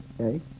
Okay